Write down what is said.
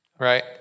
right